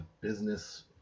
business